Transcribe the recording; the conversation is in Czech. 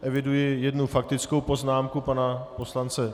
Eviduji jednu faktickou poznámku pana poslance...